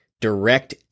direct